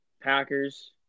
Packers